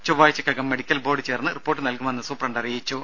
ചൊവ്വാഴ്ചക്കകം medical board ചേർന്ന് report നൽകുമെന്ന് superintendent അറിയിച്ചു